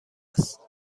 است